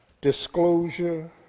disclosure